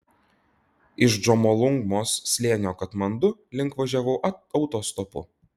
iš džomolungmos slėnio katmandu link važiavau autostopu